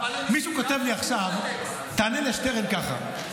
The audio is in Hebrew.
מישהו כותב לי עכשיו: תענה לשטרן ככה,